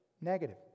Negative